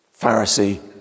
Pharisee